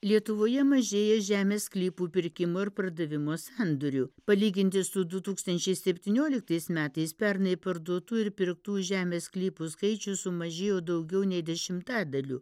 lietuvoje mažėja žemės sklypų pirkimo ir pardavimo sandorių palyginti su du tūkstančiai septynioliktais metais pernai parduotų ir pirktų žemės sklypų skaičius sumažėjo daugiau nei dešimtadaliu